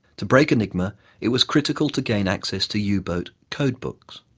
to break enigma it was critical to gain access to yeah u-boat codebooks.